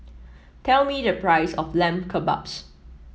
tell me the price of Lamb Kebabs